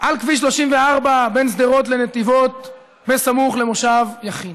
נהרג על כביש 34 בין שדרות לנתיבות בסמוך למושב יכין,